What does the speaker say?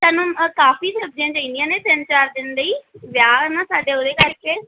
ਸਾਨੂੰ ਕਾਫੀ ਸਬਜ਼ੀਆਂ ਚਾਹੀਦੀਆਂ ਨੇ ਤਿੰਨ ਚਾਰ ਦਿਨ ਲਈ ਵਿਆਹ ਨਾ ਸਾਡੇ ਉਹਦੇ ਕਰਕੇ